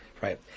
Right